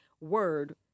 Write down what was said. word